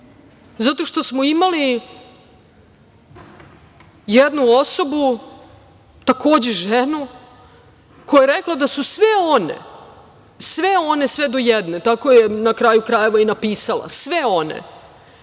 Zato što smo imali jednu osobu, takođe ženu, koja je rekla da su sve one, sve one, sve do jedne, tako je na kraju i napisala, sve one,